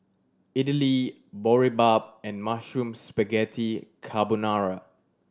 Idili Boribap and Mushroom Spaghetti Carbonara